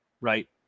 right